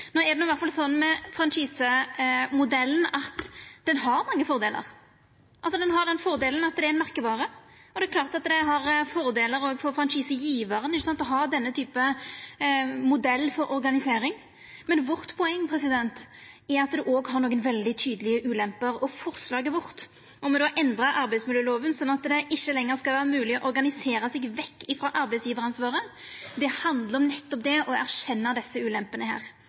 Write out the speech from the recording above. No er det i alle fall sånn at franchisemodellen har mange fordelar. Han har den fordelen at det er ei merkevare. Det er klart at det gjev fordelar òg for franchisegjevaren å ha denne typen modell for organisering, men vårt poeng er at det òg har nokre veldig tydelege ulemper. Forslaget vårt om å endra arbeidsmiljølova slik at det ikkje lenger skal vera mogleg å organisera seg vekk frå arbeidsgjevaransvaret, handlar nettopp om det å erkjenna desse ulempene.